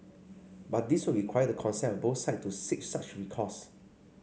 but this would require the consent of both side to seek such recourse